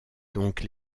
donc